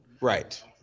Right